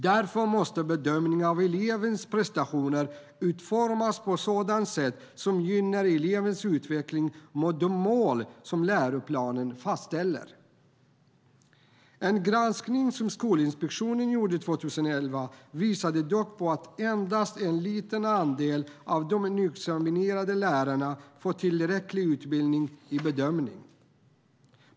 Därför måste bedömningen av elevens prestationer utformas på ett sådant sätt som gynnar elevens utveckling mot de mål som läroplanen fastställer. En granskning som Skolinspektionen gjorde 2011 visade dock på att endast en liten andel av de nyexaminerade lärarna fått tillräcklig utbildning i bedömning.